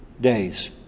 days